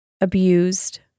abused